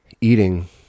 eating